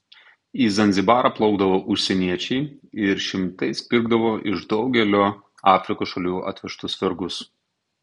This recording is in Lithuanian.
į zanzibarą plaukdavo užsieniečiai ir šimtais pirkdavo iš daugelio afrikos šalių atvežtus vergus